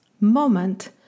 moment